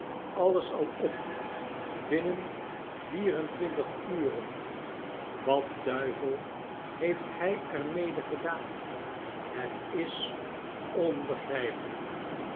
alles al op binnen vier en twintig men wat duivel heeft hij er mede gedaan het is onbegrijpelijk